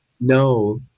No